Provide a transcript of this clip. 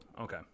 Okay